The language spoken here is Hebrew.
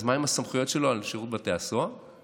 מה עם הסמכויות שלו על שירות בתי הסוהר?